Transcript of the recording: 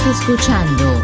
escuchando